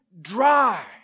dry